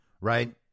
right